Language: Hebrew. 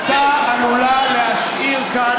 הייתה עלולה להשאיר כאן,